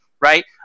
right